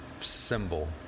symbol